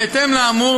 בהתאם לאמור,